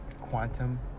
quantum